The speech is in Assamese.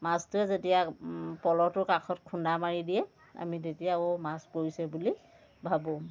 মাছটোৱে যেতিয়া পল'টোৰ কাষত খুন্দা মাৰি দিয়ে আমি তেতিয়াও মাছ পৰিছে বুলি ভাবোঁ